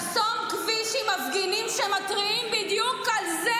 לחסום כביש עם מפגינים שמתריעים בדיוק על זה,